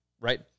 right